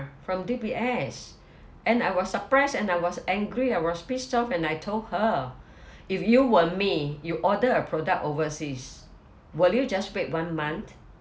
from D_B_S and I was surprised and I was angry I was pissed off and I told her if you were me you order a product overseas will you just wait one month